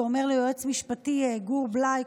הוא אומר ליועץ משפטי גור בליי,